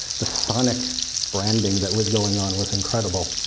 the sonic branding that was going on was incredible.